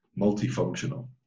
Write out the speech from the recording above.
multifunctional